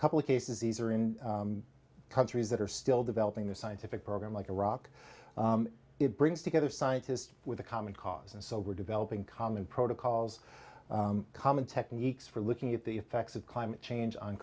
couple of cases these are countries that are still developing the scientific program like iraq it brings together scientists with a common cause and so we're developing common protocols common techniques for looking at the effects of climate change on